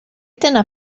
dyna